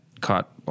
caught